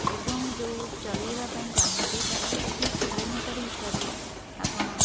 ଏବଂ ଯେଉଁ ଚଲାଇବା ପାଇଁ ଚାହୁଁଛି ତାର ପ୍ରତି କିଲୋମିଟର ହିସାବରେ ଆପଣ